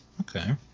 Okay